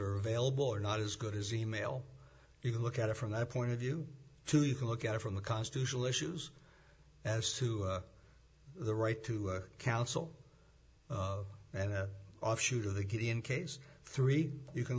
are available or not as good as e mail you can look at it from that point of view too you can look at it from the constitutional issues as to the right to counsel and offshoot of the key in case three you can